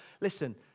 listen